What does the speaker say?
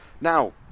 now